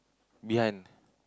behind